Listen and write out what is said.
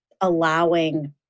allowing